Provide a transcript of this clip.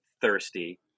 thirsty